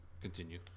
Continue